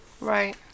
Right